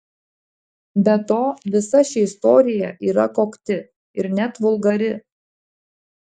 be to visa ši istorija yra kokti ir net vulgari